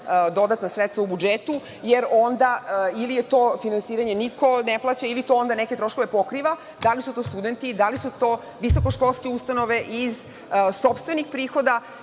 dodatna sredstva u budžetu, jer onda ili to finansiranje niko ne plaća ili to onda neke troškove pokriva. Da li su to studenti, da li su to visokoškolske ustanove iz sopstvenih prihoda